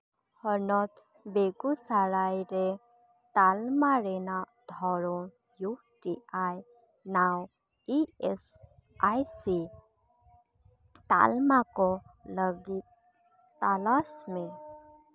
ᱦᱚᱱᱚᱛ ᱵᱮᱜᱩᱥᱟᱨᱟᱭ ᱨᱮ ᱛᱟᱞᱢᱟ ᱨᱮᱱᱟᱜ ᱫᱷᱚᱨᱚᱱ ᱤᱭᱩ ᱴᱤ ᱟᱭ ᱱᱟᱣ ᱤ ᱮᱥ ᱟᱭ ᱥᱤ ᱛᱟᱞᱢᱟ ᱠᱚ ᱞᱟᱹᱜᱤᱫ ᱛᱚᱞᱟᱥ ᱢᱮ